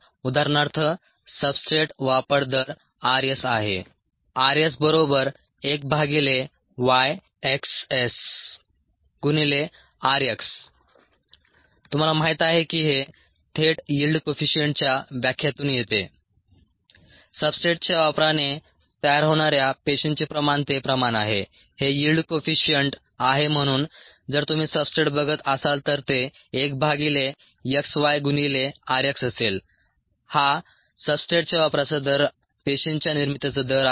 उदाहरणार्थ सब्सट्रेट वापर दर rs आहे rS1YxSrx तुम्हाला माहीत आहे की हे थेट यील्ड कोइफिशिअंटच्या व्याख्येतून येते सब्सट्रेटच्या वापराने तयार होणाऱ्या पेशींचे प्रमाण ते प्रमाण आहे हे यील्ड कोइफिशिअंट आहे म्हणून जर तुम्ही सब्सट्रेट बघत असाल तर ते 1 भागिले x Y गुणिले rx असेल हा सब्सट्रेटच्या वापराचा दर पेशींच्या निर्मितीचा दर आहे